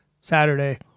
Saturday